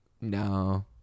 no